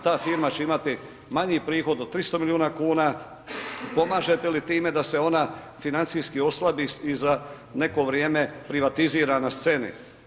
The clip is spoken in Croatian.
Ta firma će imati manji prihod od 300 milijuna kuna, pomažete li time, da se ona financijski oslabi i za neko vrijeme privatizira na sceni.